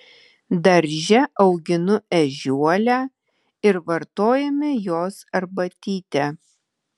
darže auginu ežiuolę ir vartojame jos arbatytę